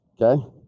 Okay